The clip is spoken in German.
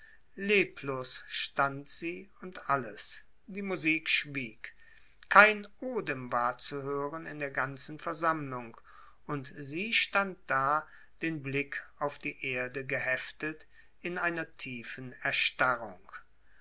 leblos stand sie und alles die musik schwieg kein odem war zu hören in der ganzen versammlung und sie stand da den blick auf die erde geheftet in einer tiefen erstarrung